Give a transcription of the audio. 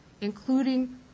including